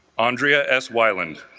andrea s. weiland